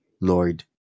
Lord